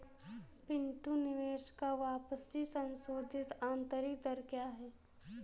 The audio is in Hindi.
पिंटू निवेश का वापसी संशोधित आंतरिक दर क्या है?